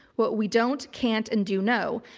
what we don't can't and do know.